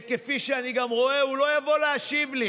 וכפי שאני גם רואה הוא לא יבוא להשיב לי.